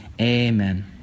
Amen